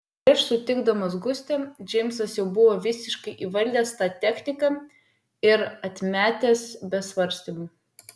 prieš sutikdamas gustę džeimsas jau buvo visiškai įvaldęs tą techniką ir atmetęs be svarstymų